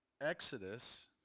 Exodus